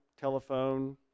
telephone